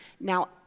now